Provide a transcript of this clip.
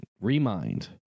Remind